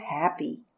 happy